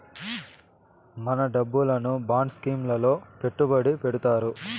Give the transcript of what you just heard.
మన డబ్బును bond scheme లలో పెట్టుబడి పెడతారు